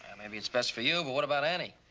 maybe it's best for you, but what about annie?